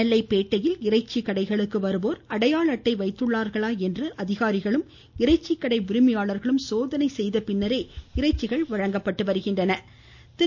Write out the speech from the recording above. நெல்லை பேட்டையில் இறைச்சி கடைகளுக்கு வருவோர் அடையாள அட்டை வைத்துள்ளார்களா என அதிகாரிகளும் இறைச்சி கடை உரிமையாளர்களும் சோதனை செய்த பின்னரே இறைச்சிகள் வழங்கப்பட்டன